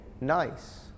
nice